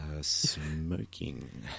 smoking